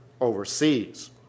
overseas